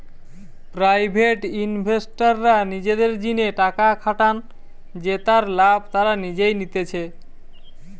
private ইনভেস্টররা নিজেদের জিনে টাকা খাটান জেতার লাভ তারা নিজেই নিতেছে